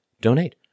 donate